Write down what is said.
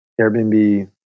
Airbnb